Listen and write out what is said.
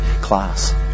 class